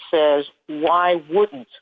says why wouldn't